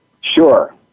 Sure